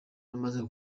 rumaze